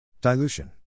Dilution